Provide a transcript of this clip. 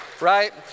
right